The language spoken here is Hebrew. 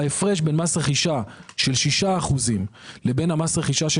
ההפרש בין מס רכישה של 6% לבין מס רכישה של